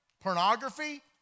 pornography